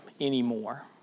anymore